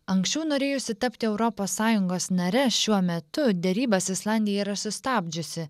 anksčiau norėjusi tapti europos sąjungos nare šiuo metu derybas islandija yra sustabdžiusi